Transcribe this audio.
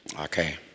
Okay